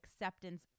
acceptance